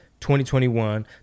2021